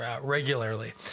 regularly